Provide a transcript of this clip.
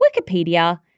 Wikipedia